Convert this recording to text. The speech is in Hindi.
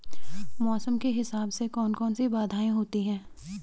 मौसम के हिसाब से कौन कौन सी बाधाएं होती हैं?